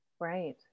right